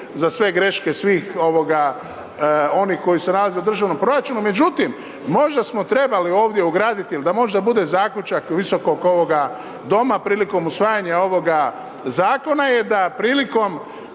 za sve greške svih onih koji se nalaze u državnom proračunu. Međutim, možda smo trebali ovdje ugradit il da možda bude zaključak Visokog ovoga doma prilikom usvajanja ovoga zakona je da prilikom